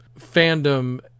fandom